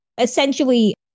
essentially